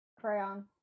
Crayon